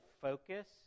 focus